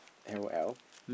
L_O_L